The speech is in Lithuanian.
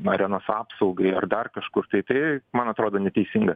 arenos apsaugai ar dar kažkur tai tai man atrodo neteisinga